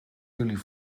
jullie